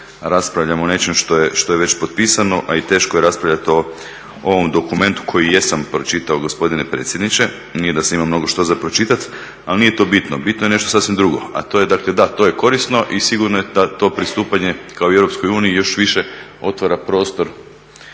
raspravljamo o nečem što je već potpisano a i teško je raspravljati o ovom dokumentu koji jesam pročitao gospodine predsjedniče, nije da se ima mnogo što za pročitati, ali nije to bitno, bitno je nešto sasvim drugo. A to je dakle da, to je korisno i sigurno je da to pristupanje kao i Europskoj uniji još više otvara prostor